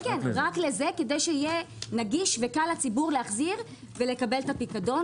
כן כדי שיהיה נגיש וקל לציבור להחזיר ולקבל את הפיקדון.